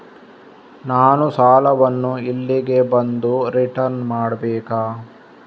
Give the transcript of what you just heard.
ನಾನು ಸಾಲವನ್ನು ಇಲ್ಲಿಗೆ ಬಂದು ರಿಟರ್ನ್ ಮಾಡ್ಬೇಕಾ?